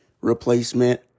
replacement